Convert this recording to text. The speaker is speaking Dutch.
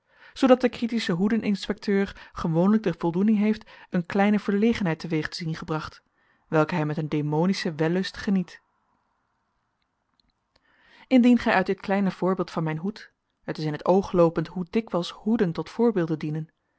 zoodat de critische hoedeninspecteur gewoonlijk de voldoening heeft eene kleine verlegenheid te weeg te zien gebracht welke hij met demonischen wellust geniet indien gij uit dit kleine voorbeeld van mijn hoed het is in t oog loopend hoe dikwijls hoeden tot voorbeelden dienen